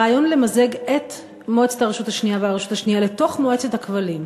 הרעיון למזג את מועצת הרשות השנייה והרשות השנייה לתוך מועצת הכבלים,